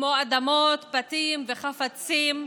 כמו אדמות, בתים וחפצים.